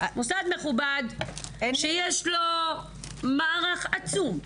מוסד מכובד שיש לו מערך עצום.